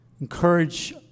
Encourage